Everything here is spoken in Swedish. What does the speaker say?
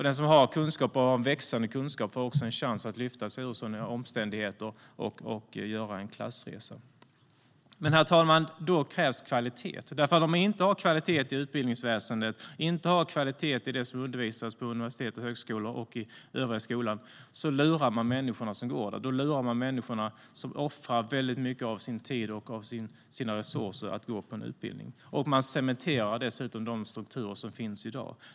Den som har kunskap, och ökande kunskap, får också en chans att lyfta sig ur sådana omständigheter och göra en klassresa. Herr talman! Då krävs kvalitet. Om man inte har kvalitet i utbildningsväsendet och inte har kvalitet i det som undervisas på universitet och högskolor och i den övriga skolan lurar man de människor som går där. Då lurar man de människor som offrar mycket av sin tid och sina resurser för att gå på en utbildning. Man cementerar dessutom de strukturer som finns i dag.